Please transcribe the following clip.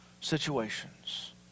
situations